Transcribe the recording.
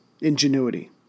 ingenuity